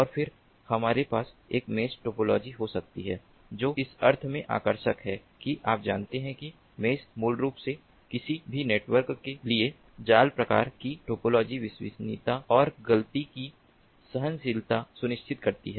और फिर हमारे पास एक मेष टोपोलॉजी हो सकती है जो इस अर्थ में आकर्षक है कि आप जानते हैं कि मेष मूल रूप से किसी भी नेटवर्क के लिए जाल प्रकार की टोपोलॉजी विश्वसनीयता और गलती की सहनशीलता सुनिश्चित करती है